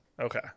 okay